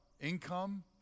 income